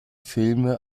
filme